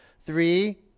three